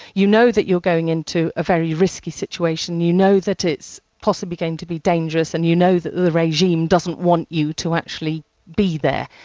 you know that you're going into a very risky situation, you know that it's possibly going to be dangerous, and you know that the regime doesn't want you to actually be there.